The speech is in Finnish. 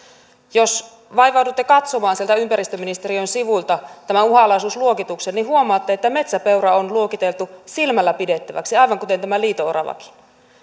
jos vaivaudutte katsomaan sieltä ympäristöministeriön sivuilta tämän uhanalaisuusluokituksen niin huomaatte että metsäpeura on luokiteltu silmällä pidettäväksi aivan kuten tämä liito oravakin